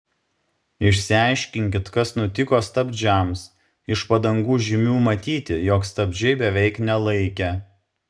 išsiaiškinkit kas nutiko stabdžiams iš padangų žymių matyti jog stabdžiai beveik nelaikė